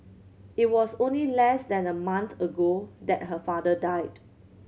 it was only less than a month ago that her father died